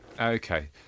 Okay